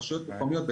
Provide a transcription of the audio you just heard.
רשויות מקומיות,